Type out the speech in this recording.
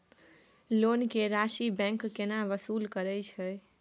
Loan के राशि bank केना वसूल करे छै?